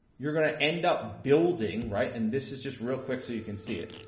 you're gonna end up building, right? and, this is just real quick so you can see it.